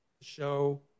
show